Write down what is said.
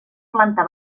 planta